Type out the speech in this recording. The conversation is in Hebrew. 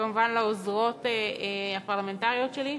וכמובן לעוזרות הפרלמנטריות שלי.